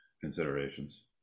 considerations